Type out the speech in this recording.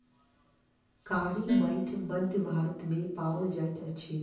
कारी माइट मध्य भारत मे पाओल जाइत अछि